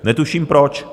Netuším proč.